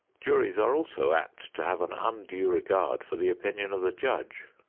juries are also apt to have an undue regard for the opinion of the judge.